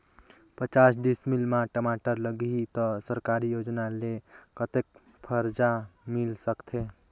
पचास डिसमिल मा टमाटर लगही त सरकारी योजना ले कतेक कर्जा मिल सकथे?